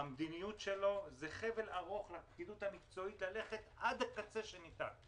המדיניות שלו היא חבל ארוך לפקידות המקצועית ללכת עד הקצה שניתן,